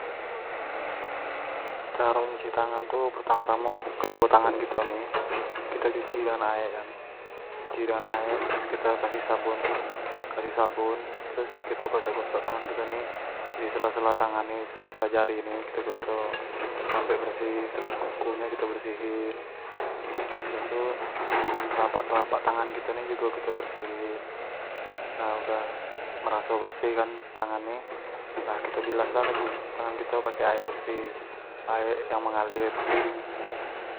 caro nyuci tangan tu pertamo-tamo ke duo tangan kito ni, kito cuci dengan aek kan, cuci dengan aek terus kito kasih sabun, terus kito gosok-gosok tangan kito ni, disela-sela tangan ni, di sela sela jari ni kito gosok sampe bersih, terus kuku nyo kito bersihin, udah tu telapak telapak tangan kito ni jugo kito bersihin, nah udah meraso bersih kan tangan ni, lah kito bilaslah tangan kito ni dengan aek bersih, aek yang mengalir.